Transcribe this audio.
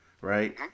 right